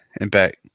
impact